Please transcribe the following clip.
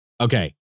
Okay